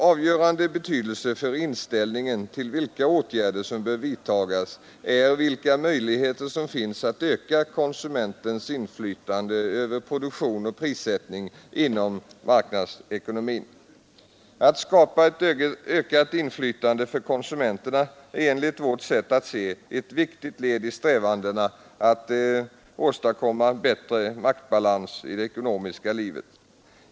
Avgörande för inställningen till vilka åtgärder som bör vidtas är vilka möjligheter som finns att öka konsumentens inflytande över produktion och prissättning inom marknadsekonomin. Att skapa ett ökat inflytande för konsumenterna är enligt vårt sätt att se ett viktigt led i strävandena att åstadkomma en bättre maktbalans i det ekonomiska livet.